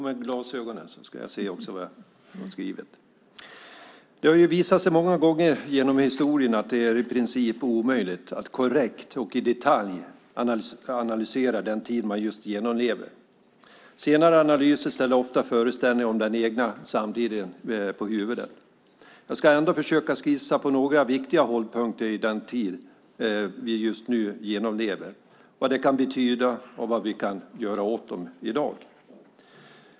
Fru talman! Det har visat sig många gånger genom historien att det i princip är omöjligt att korrekt och i detalj analysera den tid man just genomlever. Senare analyser ställer ofta föreställningar om den egna samtiden på huvudet. Jag ska ändå försöka skissa på några viktiga hållpunkter för den tid vi just nu genomlever, vad de kan betyda och vad vi kan göra åt dem i dag.